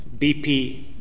BP